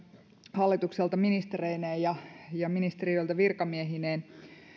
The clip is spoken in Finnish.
hallitukselta ministereineen ja ja ministeriöiltä virkamiehineen